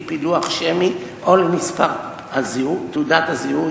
פילוח שמי או לפי מספר תעודת הזיהוי,